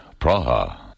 Praha